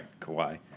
Kawhi